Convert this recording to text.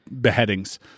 Beheadings